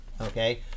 Okay